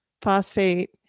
phosphate